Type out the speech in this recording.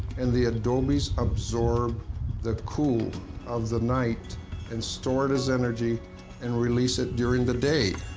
and the adobes absorb the cool of the night and store it as energy and release it during the day.